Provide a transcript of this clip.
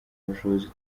bushobozi